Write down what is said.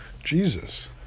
Jesus